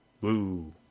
Woo